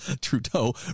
Trudeau